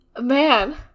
man